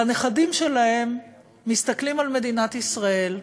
והנכדים שלהם מסתכלים על מדינת ישראל ואומרים: